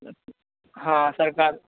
हँ सरकार